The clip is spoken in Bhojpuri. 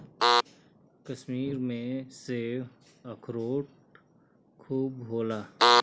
कश्मीर में सेब, अखरोट खूब होला